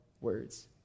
words